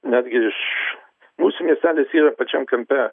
netgi iš mūsų miestelis yra pačiam kampe